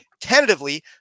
tentatively